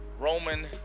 roman